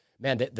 man